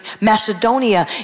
Macedonia